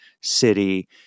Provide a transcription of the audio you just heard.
city